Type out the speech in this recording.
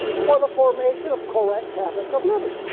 for the formation of correct habits of living,